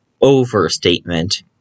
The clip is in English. overstatement